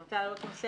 אני רוצה להעלות נושא